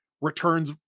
returns